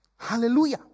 Hallelujah